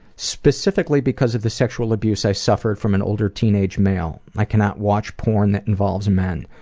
specifically because of the sexual abuse i suffered from an older teenaged male. i cannot watch porn that involves men.